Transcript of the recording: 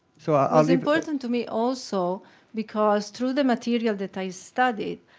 so um was important to me also because through the material that i studied,